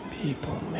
People